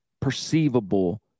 perceivable